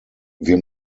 wir